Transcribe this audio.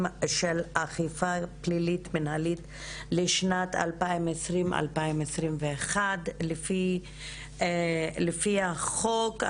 של אכיפה פלילית מנהלית לשנת 2020-2021. לפי החוק,